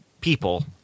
people